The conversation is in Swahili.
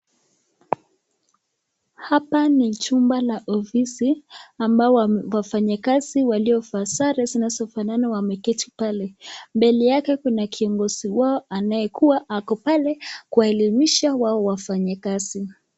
Hapa ni chumba la ofisi ambao wafanyakazi waliovaa sare zinazofanana wameketi pale. Mbele yake kuna kiongozi wao anayekuwa ako pale kuelimisha wao wafanyakazi.